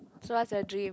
so what's your dream